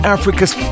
Africa's